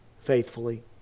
faithfully